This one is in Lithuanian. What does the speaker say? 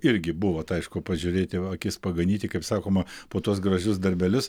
irgi buvot aišku pažiūrėti akis paganyti kaip sakoma po tuos gražius darbelius